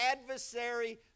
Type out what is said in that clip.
adversary